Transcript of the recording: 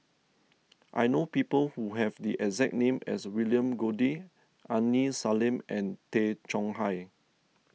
I know people who have the exact name as William Goode Aini Salim and Tay Chong Hai